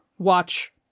watch